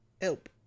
Help